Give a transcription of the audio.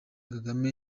kagame